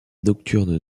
nocturnes